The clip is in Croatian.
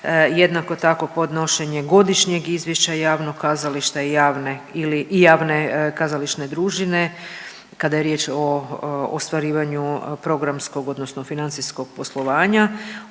jednako tako podnošenje godišnjeg izvješća javnog kazališta i javne kazališne družine kada je riječ o ostvarivanju programskog odnosno financijskog poslovanja.